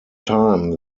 time